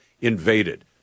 Invaded